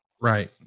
right